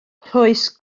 rhoes